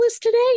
today